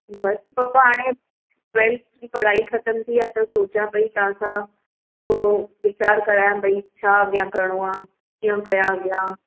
बस पपा हाणे ट्वैल्थ जी पढ़ाई ख़तमु थी आहे त सोचियां पई तव्हां सां थोरो विचारु कयां बई छा अॻियां करिणो आहे कीअं कयां अॻियां